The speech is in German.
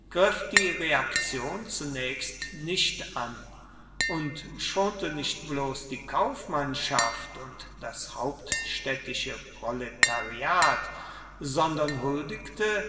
die reaktion zunächst nicht an und schonte nicht bloß die kaufmannschaft und das hauptstädtische proletariat sondern huldigte